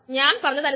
7